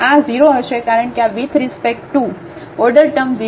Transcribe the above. તેથી 1 4² બનશે આ 0 હશે કારણ કે આ વિથ રિસ્પેક્ટ ટુઓર્ડર ટર્મ 0 છે